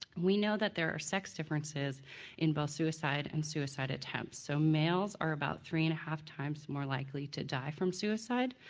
we know that there are six differences in both suicide and suicide attempts. so males are about three and halftimes more likely to die from suicide,